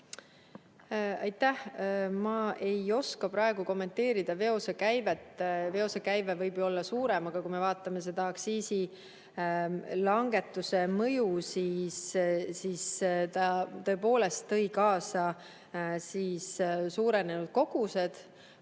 Aitäh! Ma ei oska praegu kommenteerida veosekäivet. Veosekäive võib ju olla suurem, aga kui me vaatame aktsiisilangetuse mõju, siis ta tõepoolest tõi kaasa suurenenud kogused